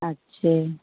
अच्छे